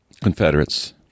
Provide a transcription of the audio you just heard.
Confederates